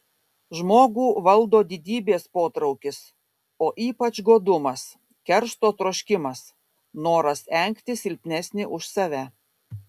žmogų valdo didybės potraukis o ypač godumas keršto troškimas noras engti silpnesnį už save